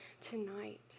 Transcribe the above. tonight